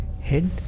head